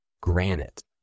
Granite